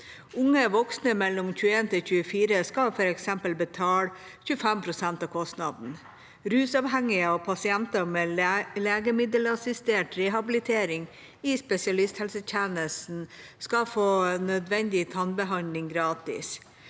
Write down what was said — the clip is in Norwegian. Unge voksne mellom 21 og 24 år skal f.eks. betale 25 pst. av kostnaden. Rusavhengige og pasienter med legemiddelassistert rehabilitering i spesialisthelsetjenesten skal få nødvendig tannbehandling gratis.